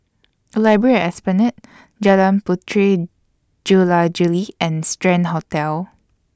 Library At Esplanade Jalan Puteri Jula Juli and Strand Hotel